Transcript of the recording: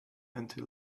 until